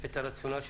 את הרציונל.